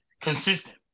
consistent